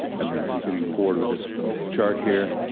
and then continuing forward with this chart here,